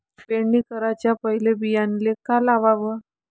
पेरणी कराच्या पयले बियान्याले का लावाव?